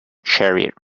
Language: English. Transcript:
chariot